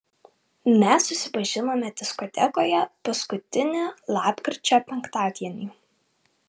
mes susipažinome diskotekoje paskutinį lapkričio penktadienį